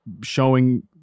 showing